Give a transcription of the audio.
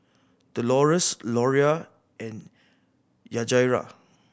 Dolores Loria and Yajaira